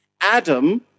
Adam